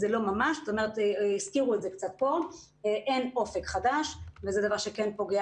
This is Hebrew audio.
כי זה לא ממש אין "אופק חדש" וזה דבר שכן פוגע